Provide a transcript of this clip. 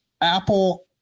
Apple